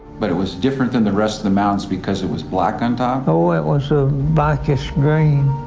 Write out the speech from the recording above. but it was different than the rest of the mountains because it was black on top? oh, it was a blackish-green.